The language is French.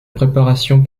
préparation